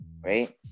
right